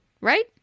right